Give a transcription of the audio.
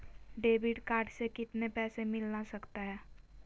Debit card से कितने पैसे मिलना सकता हैं?